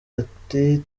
ati